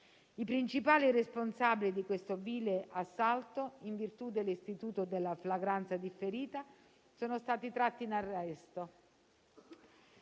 I principali responsabili di questo vile assalto, in virtù dell'istituto della flagranza differita, sono stati tratti in arresto;